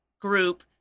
group